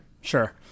Sure